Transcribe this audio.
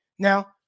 Now